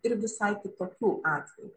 ir visai kitokių atvejų